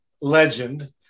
legend